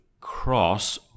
cross